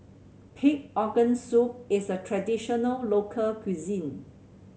pig organ soup is a traditional local cuisine